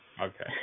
Okay